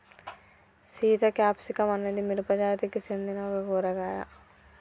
Sita capsicum అనేది మిరపజాతికి సెందిన ఒక కూరగాయ